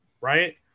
right